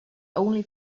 only